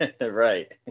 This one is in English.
Right